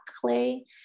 clay